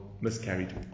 miscarried